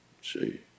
see